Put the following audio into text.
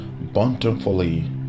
bountifully